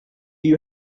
you